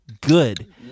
good